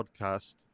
podcast